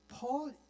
Paul